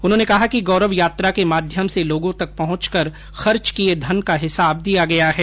उन्होंने कहा कि गौरव यात्रा के माध्यम से लोगों तक पहुंचकर खर्च किए धन का हिसाब दिया गया है